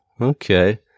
okay